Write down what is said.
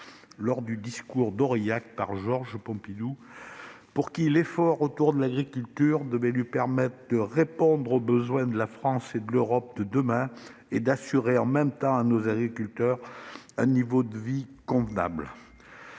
lors du discours d'Aurillac, par George Pompidou pour qui l'effort autour de l'agriculture devait nous permettre de « répondre aux besoins de la France et de l'Europe de demain et d'assurer en même temps à nos agriculteurs un niveau de vie convenable